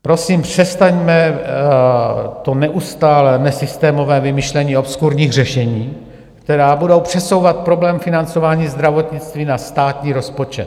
Prosím, přestaňme to neustálé nesystémové vymýšlení obskurních řešení, která budou přesouvat problém financování zdravotnictví na státní rozpočet.